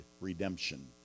redemption